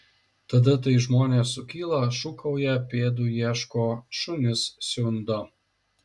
tada tai žmonės sukyla šūkauja pėdų ieško šunis siundo